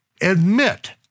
admit